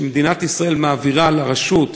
שמדינת ישראל מעבירה לרשות,